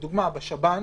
לדוגמה בשב"ן,